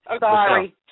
Sorry